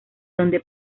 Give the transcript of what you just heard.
donde